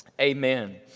Amen